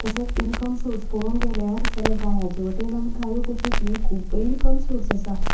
तशेंच income source पळोवंक गेल्यार जाल्यार गायांचे वाटेन आमी गायो पोशीत न्ही खूब इन्कम सोर्स आसा